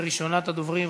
מס' 2511,